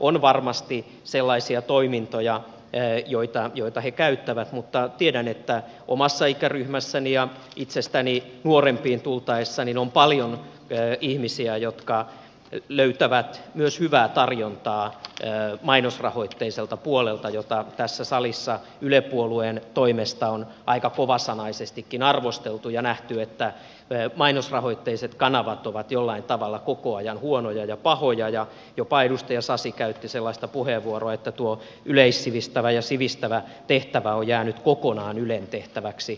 on varmasti sellaisia toimintoja joita he käyttävät mutta tiedän että omassa ikäryhmässäni ja itseäni nuorempiin tultaessa on paljon ihmisiä jotka löytävät myös hyvää tarjontaa mainosrahoitteiselta puolelta jota tässä salissa yle puolueen toimesta on aika kovasanaisestikin arvosteltu ja nähty että mainosrahoitteiset kanavat ovat jollain tavalla koko ajan huonoja ja pahoja ja jopa edustaja sasi käytti puheenvuorossaan sellaista ilmausta että tuo yleissivistävä ja sivistävä tehtävä on jäänyt kokonaan ylen tehtäväksi